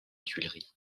tuileries